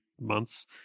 months